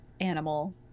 animal